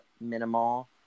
minimal